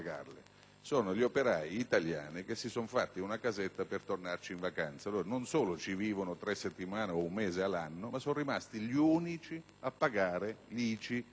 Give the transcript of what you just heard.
ma gli operai italiani che si sono fatti una casetta per tornarci in vacanza. Non solo ci vivono tre settimane o un mese l'anno, ma sono rimasti gli unici a pagare l'ICI.